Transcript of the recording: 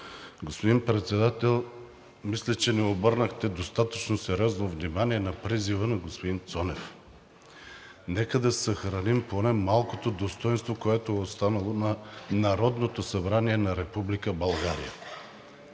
Господин Председател, мисля, че не обърнахте достатъчно сериозно внимание на призива на господин Цонев. Нека да съхраним поне малкото достойнство, което е останало на Народното събрание на Република